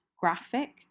graphic